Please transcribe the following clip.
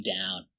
down